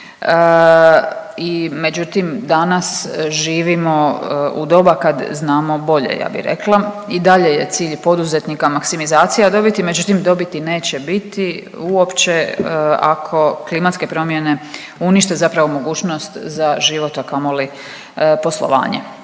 međutim danas živimo u doba kad znamo bolje ja bi rekla. I dalje je cilj poduzetnika maksimizacija dobiti, međutim dobiti neće biti uopće ako klimatske promjene unište zapravo mogućnost za život, a kamoli poslovanje.